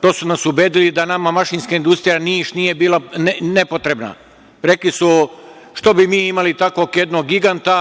To su nas ubedili, da nama Mašinska industrija Niš nije bila nepotrebna, rekli su - što bi mi imali jednog takvog giganta,